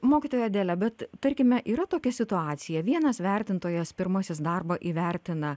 mokytoja adele bet tarkime yra tokia situacija vienas vertintojas pirmasis darbą įvertina